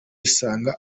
isanga